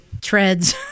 treads